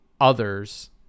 others